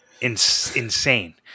insane